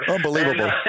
Unbelievable